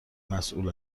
مسئول